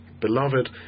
Beloved